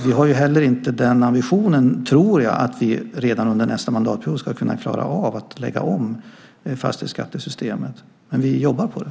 Vi har heller inte den ambitionen, tror jag, att vi redan under nästa mandatperiod ska klara av att lägga om fastighetsskattesystemet. Men vi jobbar på det.